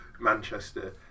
Manchester